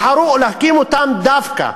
בחרו להקים אותם דווקא,